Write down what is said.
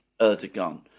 Erdogan